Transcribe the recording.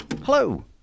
hello